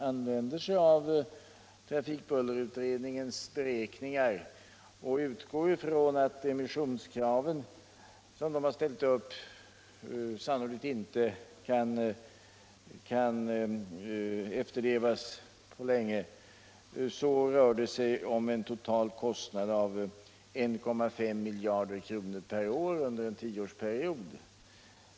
Använder man sig av trafikbullerutredningens beräkningar och utgår från att de av utredningen uppställda immissionskraven sannolikt inte kan uppfyllas på länge, finner man att det är fråga om en total kostnad på 1,5 miljarder kronor per år under en tioårsperiod.